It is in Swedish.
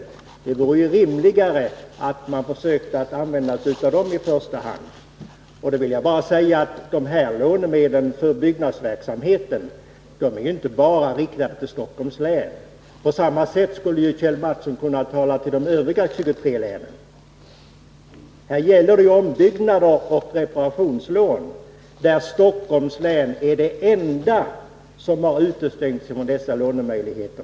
Han menar att det vore rimligare att i första hand använda dem. Jag vill bara säga att de lånemedel för byggnadsverksamheten som han åsyftar är avsedda inte bara för Stockholms län. Kjell Mattsson skulle ju lika väl kunna upprepa sin uppmaning till alla de övriga 23 länen. När det gäller de här aktuella reparationsoch underhållslånen är Stockholms län det enda län som har utestängts från lånemöjligheter.